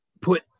put